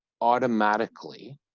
automatically